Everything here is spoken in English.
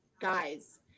guys